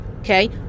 Okay